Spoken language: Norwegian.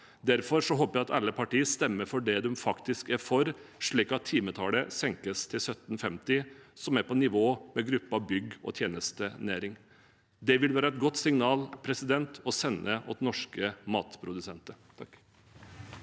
Derfor håper jeg at alle partier stemmer for det de faktisk er for, slik at timetallet senkes til 1 750, som er på nivå med gruppen bygg- og tjenestenæring. Det vil være et godt signal å sende til norske matprodusenter.